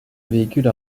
véhicule